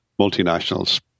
multinationals